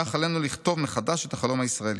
כך עלינו לכתוב מחדש את החלום הישראלי,